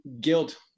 guilt